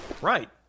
Right